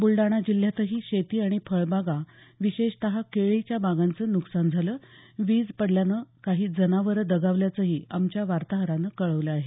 बुलडाणा जिल्ह्यातही शेती आणि फळबागा विशेषत केळीच्या बागांचं नुकसान झालं वीज पडल्यानं काही जनावरं दगावल्याचं आमच्या वार्ताहरानं कळवलं आहे